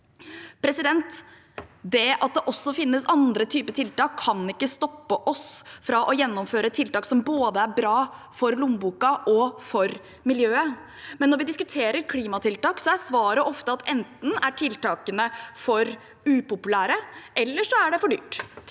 utslipp. Det at det også finnes andre typer tiltak, kan ikke stoppe oss fra å gjennomføre tiltak som er bra både for lommeboken og for miljøet, men når vi diskuterer klimatiltak, er svaret ofte at enten er tiltakene for upopulære, eller så er det for dyrt.